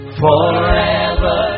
forever